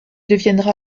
deviendra